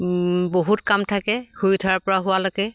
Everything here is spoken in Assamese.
বহুত কাম থাকে শুই উঠাৰ পৰা শুৱালৈকে